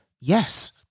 yes